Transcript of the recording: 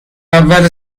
اول